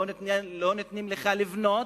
לא נותנים לך לבנות.